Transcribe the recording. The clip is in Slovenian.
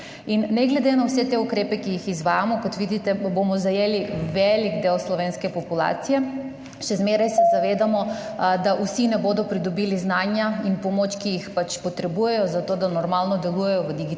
Ne glede na vse te ukrepe, ki jih izvajamo, kot vidite, bomo zajeli velik del slovenske populacije, se še zmeraj zavedamo, da vsi ne bodo pridobili znanja in pomoči, ki ju potrebujejo, zato da normalno delujejo v digitalnem